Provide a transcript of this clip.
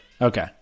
Okay